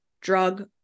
drug